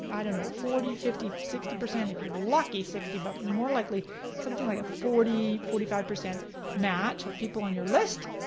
i don't, ah forty fifty sixty, if you're lucky sixty, but more likely something like forty, forty five percent match of people on your list.